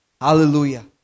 Hallelujah